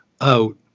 out